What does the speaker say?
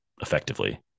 effectively